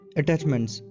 attachments